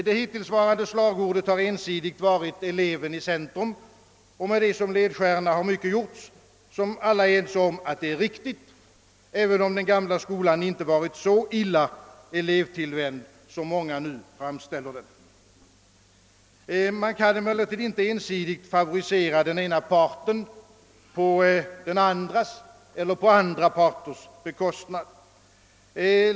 Det hittillsvarande slagordet har ensidigt varit »eleven i centrum«, och med detta som ledstjärna har mycket gjorts som alla är ense om är riktigt, även om den gamla skolan inte varit så illa elevtillvänd som många nu framställer den. Man kan emellertid inte ensidigt favorisera den ena parten på den andra eller andra parters bekostnad.